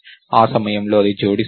ఆ సమయంలో అది జోడిస్తుంది